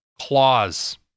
claws